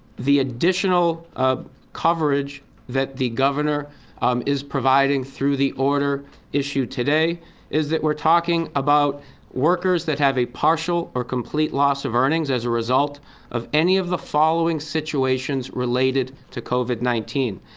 the additional coverage that the governor um is providing through the order issued today is that we're talking about workers that have a partial or complete loss of earnings as a result of any of the following situations related to covid nineteen.